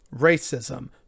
racism